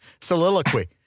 soliloquy